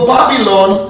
Babylon